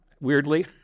weirdly